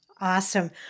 Awesome